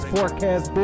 Forecast